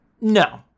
No